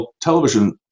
television